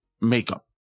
makeup